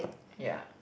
ya